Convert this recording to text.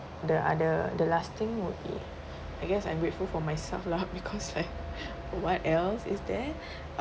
the other the last thing would be I guess I'm grateful for myself lah because like what else is there